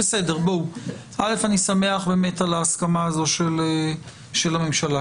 ואם מדובר על תקן אחד, שני תקנים,